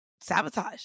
sabotage